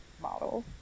model